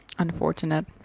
unfortunate